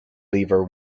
lever